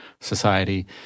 society